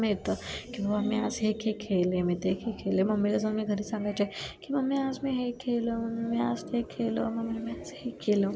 मिळतं की बाबा मी आज हे खेळ खेळले मी ते खेल खेळले मम्मी जाऊन मी घरी सांगायचे की मम्मी आज मी हे खेळलो मम्मी आज ते खेळलो मम्मी मी आज हे केलं